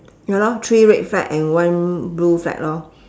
ya lor three red flag and one blue flag lor